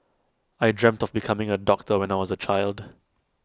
I dreamt of becoming A doctor when I was A child